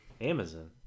Amazon